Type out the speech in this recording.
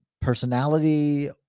personality